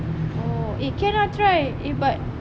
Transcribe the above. oh can ah try eh but